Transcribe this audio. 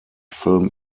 film